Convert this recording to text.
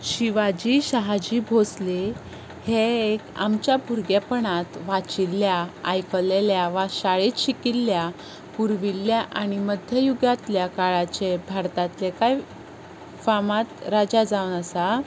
शिवाजी शाहजी भोंसले हे एक आमच्या भुरगेपणांत वाचिल्ल्या आयकल्ल्या वा शाळेंत शिकिल्ल्या पुर्विल्ल्या आनी मध्ययुगांतल्या काळाचे भारतांतले कांय फामाद राजा जावन आसा